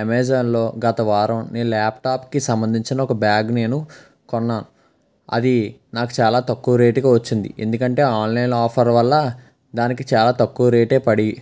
అమెజాన్లో గత వారం నేను ల్యాప్టాప్కి సంబంధించిన ఒక బ్యాగ్ నేను కొన్నాను అది నాకు చాలా తక్కువ రేట్కి వచ్చింది ఎందుకంటే ఆన్లైన్ ఆఫర్ వల్ల దానికి చాలా తక్కువ రేట్ పడి